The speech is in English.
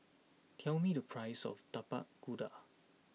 tell me the price of Tapak Kuda